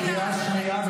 את בקריאה שנייה,